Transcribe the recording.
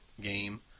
game